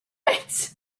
bit